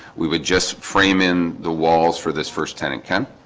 we would just frame in the walls for this first tenant ken